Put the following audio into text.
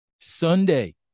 Sunday